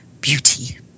beauty